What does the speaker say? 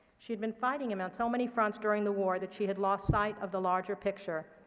she'd been fighting him on so many fronts during the war that she had lost sight of the larger picture,